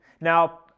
Now